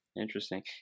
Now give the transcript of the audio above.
Interesting